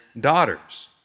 daughters